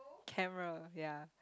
camera ya